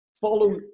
Follow